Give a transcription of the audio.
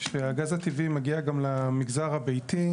שהגז הטבעי מגיע גם למגזר הביתי,